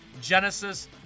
Genesis